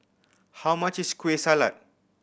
how much is Kueh Salat